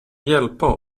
hjälpa